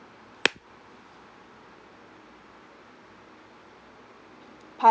part